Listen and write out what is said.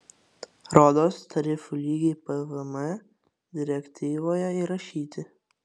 rodos tarifų lygiai pvm direktyvoje įrašyti